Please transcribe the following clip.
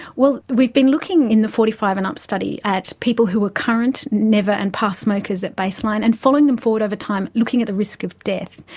well, we've been looking in the forty five and up study at people who are current, never, and past smokers at baseline, and following them forward over time, looking at the risk of death.